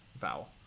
vowel